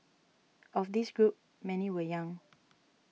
of this group many were young